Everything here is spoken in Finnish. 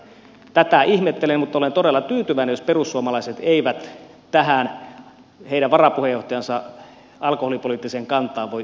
tätä ihmettelen mutta olen todella tyytyväinen jos perussuomalaiset eivät tähän heidän varapuheenjohtajansa alkoholipoliittiseen kantaan voi yhtyä